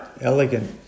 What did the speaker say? Elegant